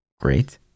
Great